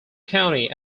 county